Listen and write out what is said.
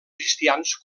cristians